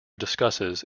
discusses